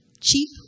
cheap